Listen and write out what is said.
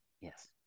Yes